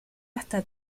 hasta